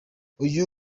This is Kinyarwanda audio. uyu